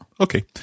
Okay